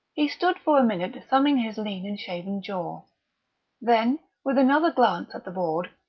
he stood for a minute thumbing his lean and shaven jaw then, with another glance at the board,